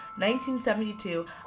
1972